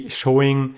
showing